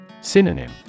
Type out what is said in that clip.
Synonym